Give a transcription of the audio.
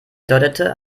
deutete